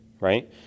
right